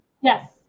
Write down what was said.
Yes